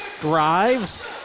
drives